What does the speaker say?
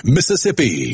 Mississippi